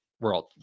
world